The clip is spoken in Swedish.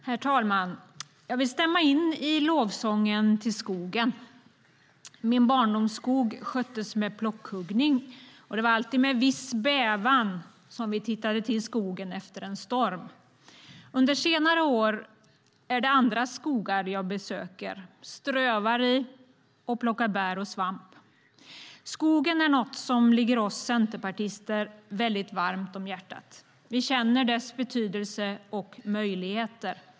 Herr talman! Jag vill stämma in i lovsången till skogen. Min barndomsskog sköttes med plockhuggning, och det var alltid med viss bävan som vi tittade till skogen efter en storm. Under senare år är det andras skogar jag besöker, strövar i och plockar bär och svamp i. Skogen är något som ligger oss centerpartister väldigt varmt om hjärtat. Vi känner dess betydelse och möjligheter.